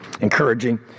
encouraging